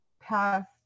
past